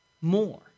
more